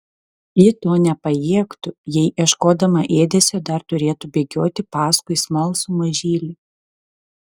ji to nepajėgtų jei ieškodama ėdesio dar turėtų bėgioti paskui smalsų mažylį